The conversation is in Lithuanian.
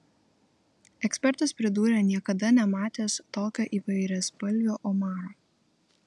ekspertas pridūrė niekada nematęs tokio įvairiaspalvio omaro